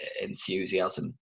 enthusiasm